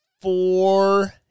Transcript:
four